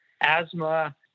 asthma